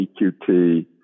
EQT